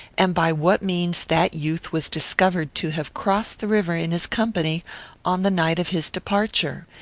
and by what means that youth was discovered to have crossed the river in his company on the night of his departure.